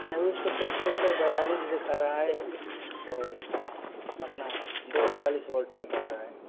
अभी उसका टेम्प्रेचर बयालिस दिखा रहा है और अपना दो सौ चालीस वॉट निकाल रहा है